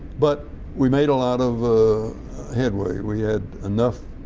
but we made a lot of headway. we had enough